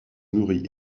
nourrit